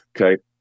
Okay